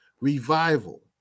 revival